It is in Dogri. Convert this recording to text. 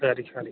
खरी खरी